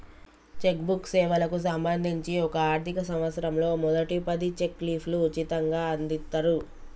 check book సేవలకు సంబంధించి ఒక ఆర్థిక సంవత్సరంలో మొదటి పది చెక్ లీఫ్లు ఉచితంగ అందిత్తరు